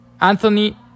anthony